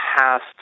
past